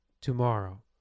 Tomorrow